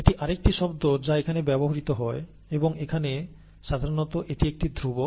এটি আরেকটি শব্দ যা এখানে ব্যবহৃত হয় এবং এখানে সাধারণত এটি একটি ধ্রুবক